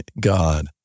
God